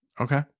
Okay